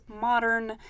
modern